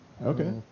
Okay